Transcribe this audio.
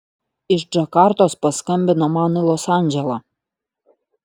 iš džakartos paskambino man į los andželą